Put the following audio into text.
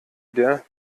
der